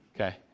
Okay